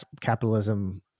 capitalism